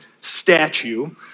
statue